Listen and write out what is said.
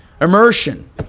immersion